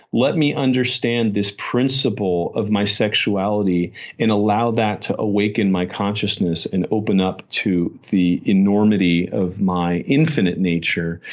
let me understand this principle of my sexuality and allow that to awaken my consciousness and open up to the enormity of my infinite nature.